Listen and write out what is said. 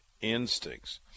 instincts